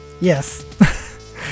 Yes